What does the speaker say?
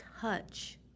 touch